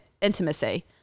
intimacy